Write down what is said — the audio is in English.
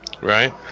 right